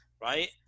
right